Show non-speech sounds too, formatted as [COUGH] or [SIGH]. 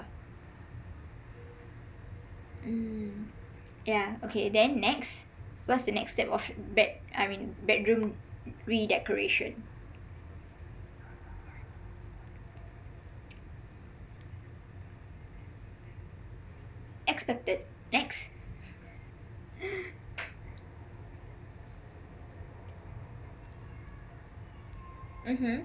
mm yah okay then next what's the next step of that I mean bedroom re-decoration expected ex~ [BREATH] mmhmm